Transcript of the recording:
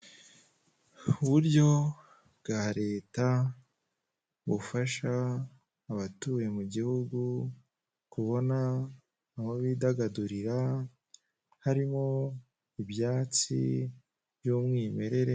Uburyo bwa Leta bufasha abatuye mu gihugu kubona aho bidagadurira harimo ibyatsi by'umwimerere.